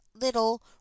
little